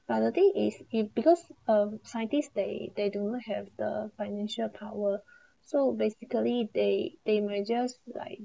but I think is it because um scientists they they do have the financial power so basically they they may just like